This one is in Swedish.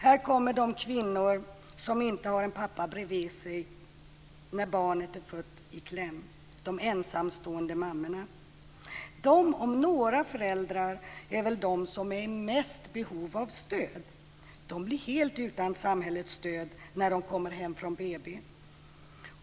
Här kommer de kvinnor som inte har en pappa bredvid sig när barnet är fött i kläm, de ensamstående mammorna. De om några föräldrar är väl de som är "mest i behov av stöd". De blir helt utan samhällets stöd när de kommer hem från BB.